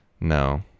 no